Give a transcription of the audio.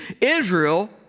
Israel